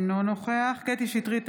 אינו נוכח קטי קטרין שטרית,